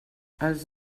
els